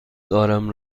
دارم